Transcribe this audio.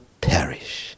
perish